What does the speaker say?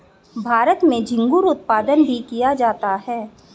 भारत में झींगुर उत्पादन भी किया जाता है